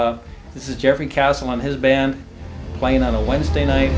this is geoffrey castle on his band playing on a wednesday night